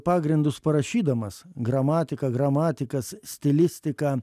pagrindus parašydamas gramatiką gramatikas stilistiką